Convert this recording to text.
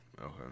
Okay